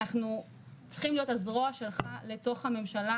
אנחנו צריכים להיות הזרוע שלך לתוך הממשלה,